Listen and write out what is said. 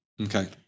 Okay